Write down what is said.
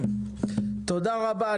תודה רבה.